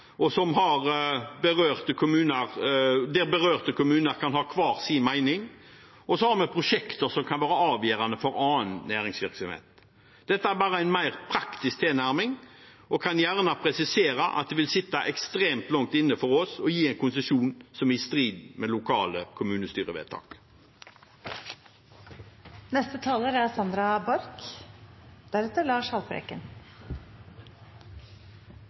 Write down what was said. der berørte kommuner kan ha hver sin mening, og så har vi prosjekter som kan være avgjørende for annen næringsvirksomhet. Dette er bare en mer praktisk tilnærming, og jeg kan gjerne presisere at det vil sitte ekstremt langt inne for oss å gi en konsesjon som er i strid med lokale kommunestyrevedtak. Norge er